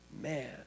Man